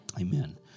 Amen